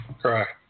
Correct